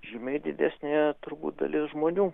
žymiai didesni turbūt dalis žmonių